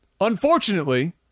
unfortunately